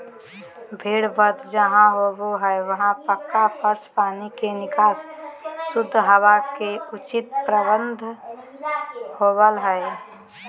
भेड़ वध जहां होबो हई वहां पक्का फर्श, पानी के निकास, शुद्ध हवा के उचित प्रबंध होवअ हई